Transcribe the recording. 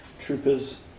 troopers